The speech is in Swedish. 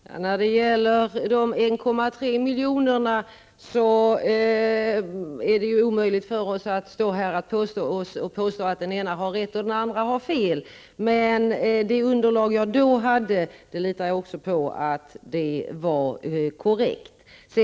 Fru talman! När det gäller dessa 1,3 milj.kr. är det omöjligt för oss att stå här och påstå att den ene har rätt och den andre har fel. Jag litar på att det underlag jag då hade var korrekt.